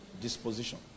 disposition